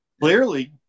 clearly